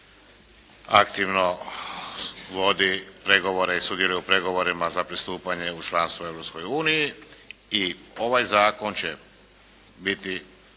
aktivno vodi pregovore i sudjeluje u pregovorima za pristupanje u članstvo Europskoj uniji.